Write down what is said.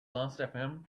lastfm